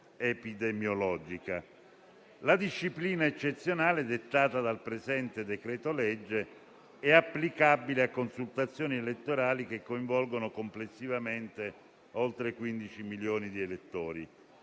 epidemiologica. La disciplina eccezionale dettata dal presente decreto-legge è applicabile a consultazioni elettorali che coinvolgono complessivamente oltre 15 milioni di elettori.